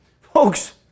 Folks